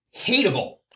hateable